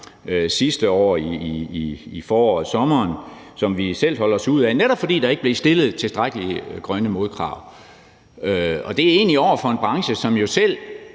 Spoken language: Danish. sidste år i foråret og sommeren, som vi selv holdt os ude af, netop fordi der ikke blev stillet tilstrækkelige grønne modkrav. Det er egentlig over for en branche, som jo selv